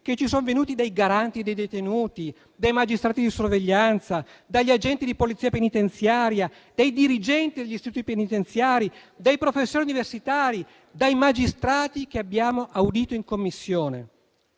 che ci sono venuti dai garanti dei detenuti, dai magistrati di sorveglianza, dagli agenti di Polizia penitenziaria, dai dirigenti degli istituti penitenziari, dai professori universitari, dai magistrati che abbiamo audito in Commissione.